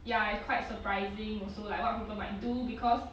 ya quite surprising also like what people might do because